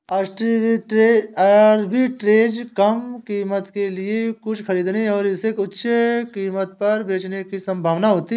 arbitrage कम कीमत के लिए कुछ खरीदने और इसे उच्च कीमत पर बेचने की संभावना होती है